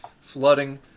flooding